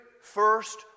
first